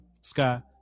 Scott